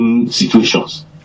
situations